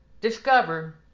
discovered